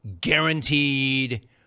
guaranteed